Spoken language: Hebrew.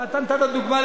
אתה יכול לתת דוגמה?